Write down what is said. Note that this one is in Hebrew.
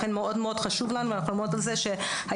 לכן מאוד חשוב לנו לעמוד על כך שהאיגודים